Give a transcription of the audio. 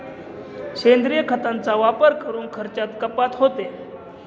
सेंद्रिय खतांचा वापर करून खर्चात कपात होते